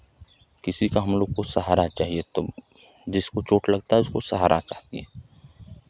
किसी का हमलोग को सहारा चाहिए तो जिसको चोट लगता है उसको सहारा चाहिए